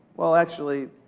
well, actually,